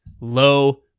low